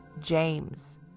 James